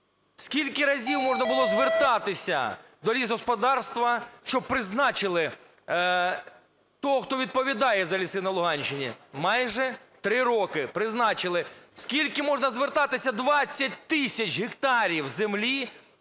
Скільки разів можна було звертатися до лісогосподарства, щоб призначили того, хто відповідає за ліси на Луганщині! Майже три роки. Призначили. Скільки можна звертатися? 20 тисяч гектарів землі,